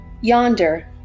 Yonder